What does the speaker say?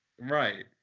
right